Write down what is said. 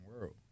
world